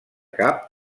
cap